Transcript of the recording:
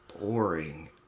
boring